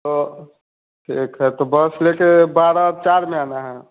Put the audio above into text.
तो ठीक है तो बस लेकर बारा चार में आना है